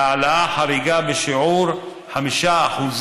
להעלאה חריגה בשיעור 5%,